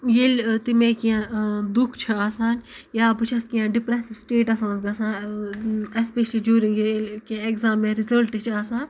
ییٚلہِ تہِ مےٚ کیٚنٛہہ دُکھ چھُ آسان یا بہٕ چھَس کیٚنہہ ڈِپریس سِٹیٹس منٛز گژھان ایسپیشلی جوٗرنگ ییٚلہِ کیٚںٛہہ اٮ۪کزام یا رِزالٹ چھُ آسان